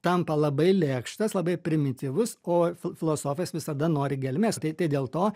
tampa labai lėkštas labai primityvus o fil filosofas visada nori gelmės tai tai dėl to